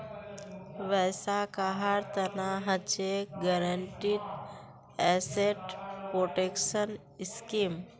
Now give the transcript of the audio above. वैसा कहार तना हछेक गारंटीड एसेट प्रोटेक्शन स्कीम